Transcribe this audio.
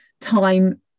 time